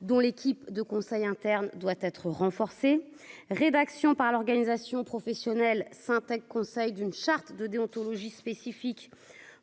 dont l'équipe de conseil interne doit être renforcée, rédaction par l'organisation professionnelle Syntec, conseil d'une charte de déontologie spécifique